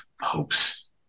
hopes